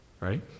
right